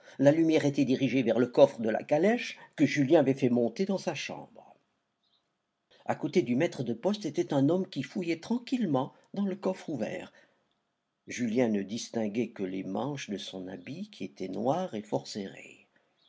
la lumière était dirigée vers le coffre de la calèche que julien avait fait monter dans sa chambre a côté du maître de poste était un homme qui fouillait tranquillement dans le coffre ouvert julien ne distinguait que les manches de son habit qui étaient noires et fort